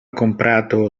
comprato